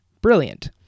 brilliant